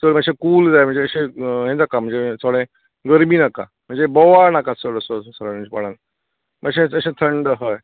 थंय मात्शें कूल जाय म्हणजे अशें हें नाका म्हणजे थोडे गरमी नाका म्हणजे बोवाळ नाका चड असो कोणाचो तशें तशें थंड हय